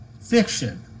Fiction